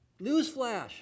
Newsflash